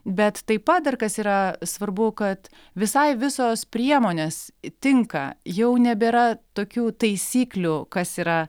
bet taip pat dar kas yra svarbu kad visai visos priemonės tinka jau nebėra tokių taisyklių kas yra